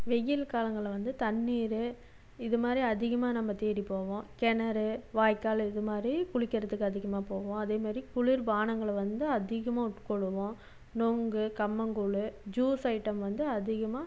வெயில் காலங்கள்ல வந்து தண்ணீர் இதுமாதிரி அதிகமாக நம்ம தேடிப்போவோம் கிணறு வாய்க்கால் இதுமாதிரி குளிக்கிறதுக்கு அதிகமாக போவோம் அதேமாரி குளிர் பானங்களை வந்து அதிகமாக உட்கொள்ளுவோம் நொங்கு கம்மங்கூழ் ஜூஸ் ஐட்டம் வந்து அதிகமாக